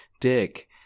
dick